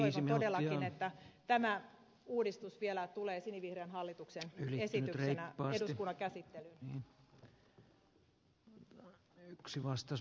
toivon todellakin että tämä uudistus vielä tulee sinivihreän hallituksen esityksenä eduskunnan käsittelyyn